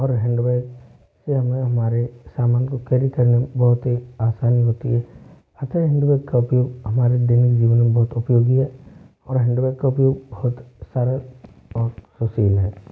और handbag से हमें हमारे सामान को केरी करने में बहुत ही आसानी होती है अच्छा हैन्ड बैग का उपयोग हमारे देनिक जीवन में बहुत उपयोगी है और हैण्ड बैग का उपयोग बहुत सारा बहुत